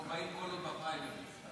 40 קולות בפריימריז.